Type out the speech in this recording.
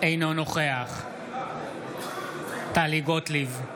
אינו נוכח טלי גוטליב,